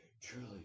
truly